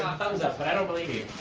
thumbs up but i don't believe you.